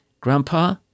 grandpa